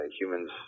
humans